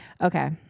Okay